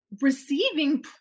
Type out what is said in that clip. receiving